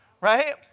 right